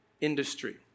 industry